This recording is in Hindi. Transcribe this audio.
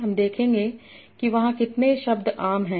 हम देखेंगे कि वहां कितने शब्द आम हैं